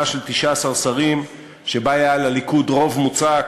של 19 שרים שבה היה לליכוד רוב מוצק,